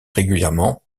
régulièrement